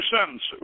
sentences